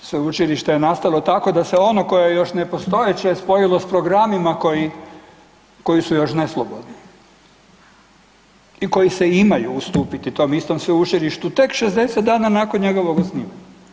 Sveučilište je nastalo tako da se ono koje je još nepostojeće spojilo s programima koji, koji su još neslobodni i koji se imaju ustupiti tom istom sveučilištu tek 60 dana nakon njegovog osnivanja.